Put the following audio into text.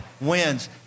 wins